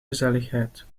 gezelligheid